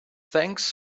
thanks